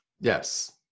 Yes